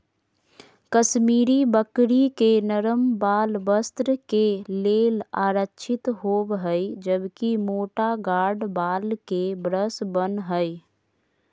कश्मीरी बकरी के नरम वाल वस्त्र के लेल आरक्षित होव हई, जबकि मोटा गार्ड वाल के ब्रश बन हय